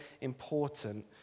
important